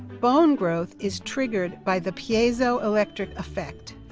bone growth is triggered by the piezoelectric effect.